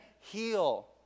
heal